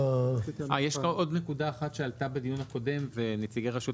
יש עוד נקודה אחת שעלתה בדיון הקודם ונציגי רשות